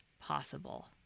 possible